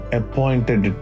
appointed